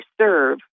serve